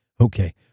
Okay